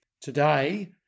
today